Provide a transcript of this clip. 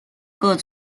各种